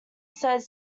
said